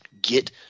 Get